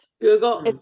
Google